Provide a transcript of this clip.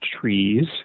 trees